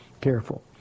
careful